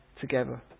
together